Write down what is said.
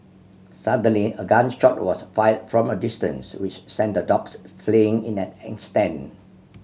suddenly a gun shot was fired from a distance which sent the dogs fleeing in an instant